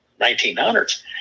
1900s